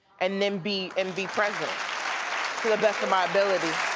and then be and be present. to the best of my ability.